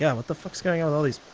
yeah what the fuck's going on all these.